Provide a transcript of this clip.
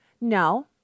No